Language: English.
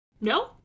No